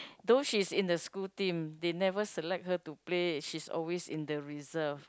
though she's in the school team they never select her to play she's always in the reserved